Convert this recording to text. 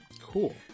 Cool